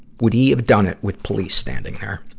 would he have done it with police standing there.